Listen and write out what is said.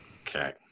okay